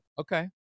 Okay